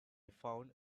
found